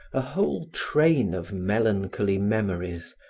a whole train of melancholy memories,